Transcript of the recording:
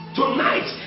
tonight